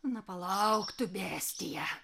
na palauk tu bestija